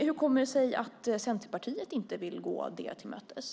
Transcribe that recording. Hur kommer det sig att Centerpartiet inte vill gå detta till mötes?